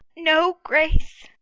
no grace?